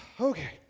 Okay